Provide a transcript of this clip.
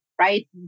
right